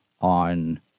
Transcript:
on